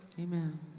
Amen